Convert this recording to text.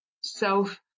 self